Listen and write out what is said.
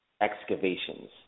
excavations